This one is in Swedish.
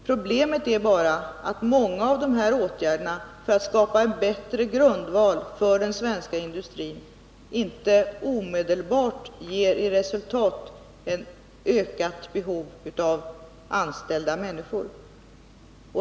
Problemet är bara att många av de här åtgärderna för att skapa en bättre grundval för den svenska industrin inte omedelbart ger i resultat ett ökat behov av anställda människor.